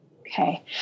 Okay